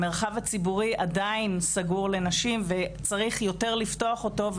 המרחב הציבורי עדיין סגור לנשים וצריך יותר לפתוח אותו,